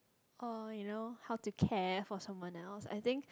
oh you know how to care for someone else I think